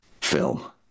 film